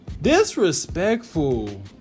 Disrespectful